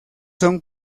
son